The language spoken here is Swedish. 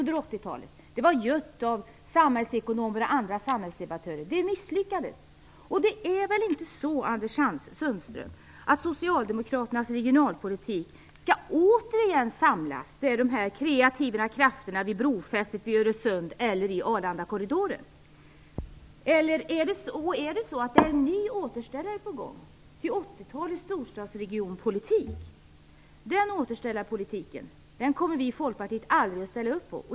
Det var gött av samhällsekonomer och andra samhällsdebattörer. Det misslyckades. Det är väl inte så, Anders Sundström, att Socialdemokraternas regionalpolitik åter skall samla de kreativa krafterna vid brofästet i Öresund eller i Arlandakorridoren? Är det så att en ny återställare är på gång, till 80-talets storstadsregionpolitik? Den återställarpolitiken kommer vi i Folkpartiet aldrig att ställa upp på.